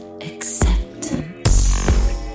acceptance